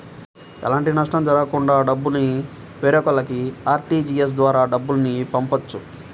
ఎలాంటి నష్టం జరగకుండా డబ్బుని వేరొకల్లకి ఆర్టీజీయస్ ద్వారా డబ్బుల్ని పంపొచ్చు